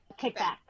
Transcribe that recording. kickback